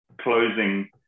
closing